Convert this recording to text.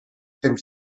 temps